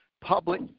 public